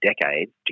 decades